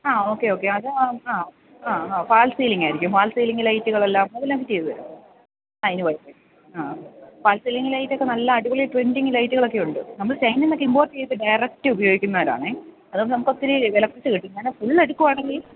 ആ okay okay അത് ആ ആ ആ ഹാ ഫാൾസ് സീലിങ്ങ് ആയിരിക്കും ഫാൾ സിലിംഗ് ലൈറ്റുകൾ എല്ലാം അതെല്ലാം ചെയ്തു തരും ആ അതിന് പൈസയുണ്ട് ഫാൾ സിലിംഗ് ലൈറ്റൊക്കെ നല്ല അടിപൊളി പ്രിൻറിങ്ങ് ലൈറ്റുകളൊക്കെ ഉണ്ട് നമ്മൾ ചൈനയിൽ നിന്നൊക്കെ ഇമ്പോർട്ട് ചെയ്തു ഡയറക്റ്റ് ഉപയോഗിക്കുന്നവരാണ് അതുകൊണ്ട് നമുക്ക് ഒത്തിരി വില കുറച്ചു കിട്ടും കാരണം ഇന്ന് എടുക്കുകയാണെങ്കിൽ